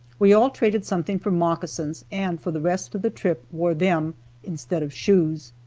we all traded something for moccasins and for the rest of the trip wore them instead of shoes.